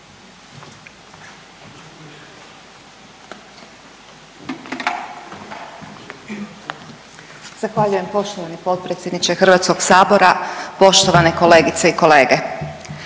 (GLAS)** Poštovani potpredsjedniče Hrvatskoga sabora, poštovana kolega Pavić.